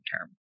term